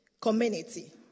community